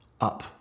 up